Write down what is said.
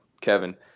Kevin